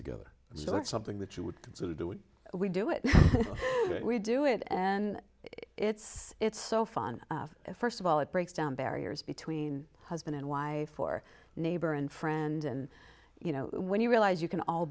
so that's something that you would consider that would we do it we do it and it's it's so fun first of all it breaks down barriers between husband and wife or neighbor and friend and you know when you realize you can all